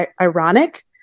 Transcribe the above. ironic